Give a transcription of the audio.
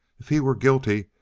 if he were guilty,